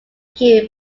kew